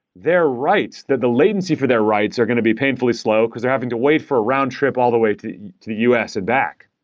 their write, that the latency for their writes are going to be painfully slow, because they're having to wait for a round trip all the way to to the u s. and back.